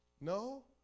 no